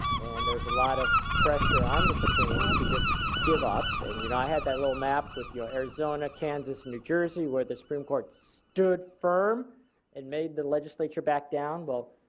and there is a lot of pressure on the supremes to just give up. and you know i had that little map with arizona kansas in new jersey where the supreme court stood firm and made the legislature back down. well,